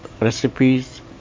recipes